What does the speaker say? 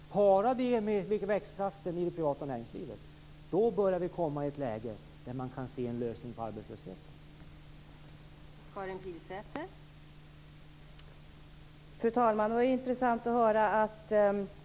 Om man parar det med växtkraften i det privata näringslivet inser man att vi börjar komma i ett läge då vi kan se en lösning på problemet med arbetslösheten.